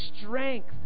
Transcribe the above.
strength